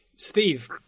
Steve